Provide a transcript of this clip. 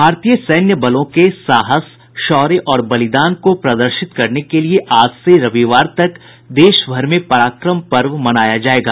भारतीय सैन्य बलों के साहस शौर्य और बलिदान को प्रदर्शित करने के लिए आज से रविवार तक देश भर में पराक्रम पर्व मनाया जाएगा